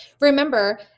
Remember